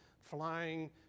flying